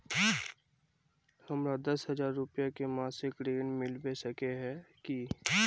हमरा दस हजार रुपया के मासिक ऋण मिलबे सके है की?